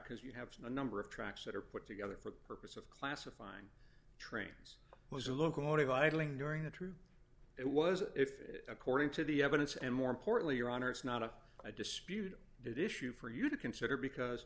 because you have a number of tracks that are put together for the purpose of classifying trains was a locomotive idling during the truth it was if according to the evidence and more importantly your honor it's not a i dispute it issue for you to consider because